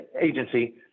agency